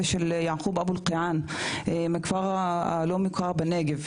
הוא של יעקוב אבו אלקיעאן מהכפר הלא מוכר בנגב,